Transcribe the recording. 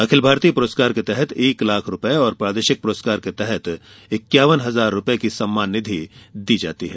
अखिल भारतीय पुरस्कार के तहत एक लाख रूपये और प्रादेशिक पुरस्कार के तहत इक्यावन हजार रूपये की सम्माननिधि दी जाती है